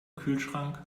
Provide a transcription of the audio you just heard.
kühlschrank